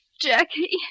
Jackie